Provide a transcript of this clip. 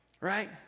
Right